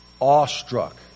awestruck